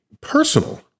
personal